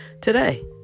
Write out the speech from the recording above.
today